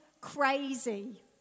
crazy